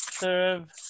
Serve